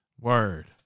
Word